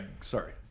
sorry